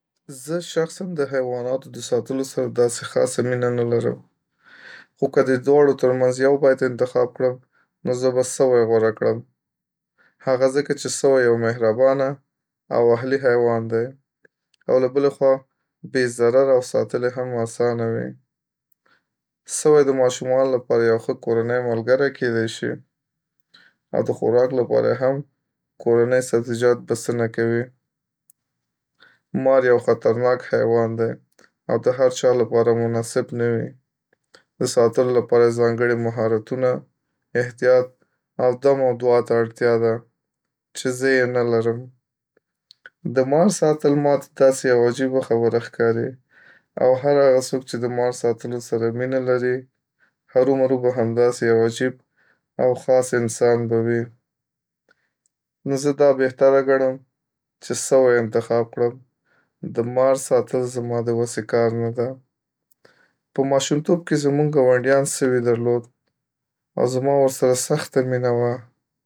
.زه شخصا د حیواناتو د ساتلو سره داسی خاصه مینه نه لرم، خو که د دې دواړو ترمنځ یو باید انتخاب کړم، نو زه به سوی غوره کړم .هغه ځکه چې سوی یو مهربانه او اهلی حیوان دی او له بلې خوا بی ضرره او ساتل یې هم اسانه وي. .سوی د ماشومانو لپاره یو ښه کورنی ملګری کیدای شی او د خوراک لپاره یې هم کورنی سبزیجات بسنه کوي .مار یو خطرناک حیوان دی او د هرچا لپاره مناسب نه وی د ساتلو لپاره یې ځانګړي مهارتونه، احتیاط او دم او دعا ته اړتیا ده چې زه یې نه لرم د مار ساتل ماته داسی یوه عجیبه خبره ښکاري او هر هغه څوک چې د مار ساتلو سره مینه لري هرومرو به همداسي یو عجیب او خاص انسان به وي .نو زه دا بهتره ګڼم چې سوی انتخاب کړم د مار ساتل زما د وسی کار نه ده په ماشومتوب کې زموږ ګاونډیان سوي درلود او زما ورسره سخته مینه وه.